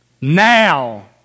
Now